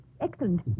excellent